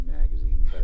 magazine